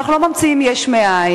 אנחנו לא ממציאים יש מאין.